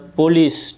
police